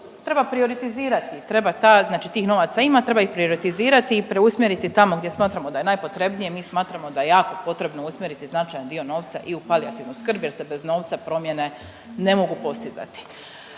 treba prioritizirati, treba ta, znači tih novaca ima, treba ih prioritizirati i preusmjeriti tamo gdje smatramo da je najpotrebnije. Mi smatramo da je jako potrebno usmjeriti značajan dio novca i u palijativnu skrb jer se bez novca promjene ne mogu postizati.